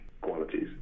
qualities